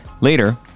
Later